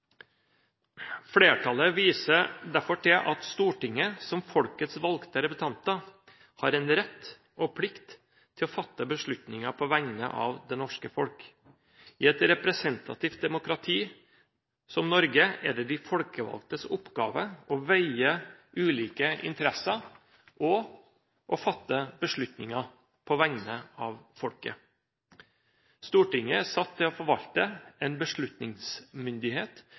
Flertallet viser derfor til at Stortinget, som folkets valgte representanter, har en rett og en plikt til å fatte beslutninger på vegne av det norske folk. I et representativt demokrati som Norge er det de folkevalgtes oppgave å veie ulike interesser og fatte beslutninger på vegne av folket. Stortinget er satt til å forvalte en beslutningsmyndighet